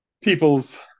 people's